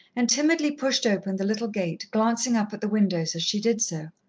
and timidly pushed open the little gate, glancing up at the windows as she did so.